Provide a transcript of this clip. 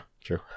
True